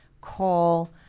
call